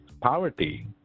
poverty